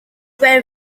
were